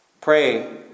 Pray